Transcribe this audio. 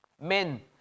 Men